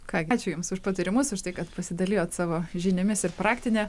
ką gi ačiū jums už patarimus už tai kad pasidalijot savo žiniomis ir praktine